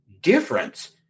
difference